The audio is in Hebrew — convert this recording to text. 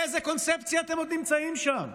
באיזה קונספציה אתם עוד נמצאים שם?